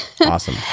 Awesome